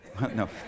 No